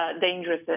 dangerous